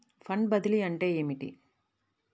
Fund బదిలీ అంటే ఏమిటి?